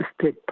step